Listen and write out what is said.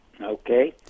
Okay